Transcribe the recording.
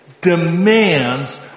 demands